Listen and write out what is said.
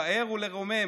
לפאר ולרומם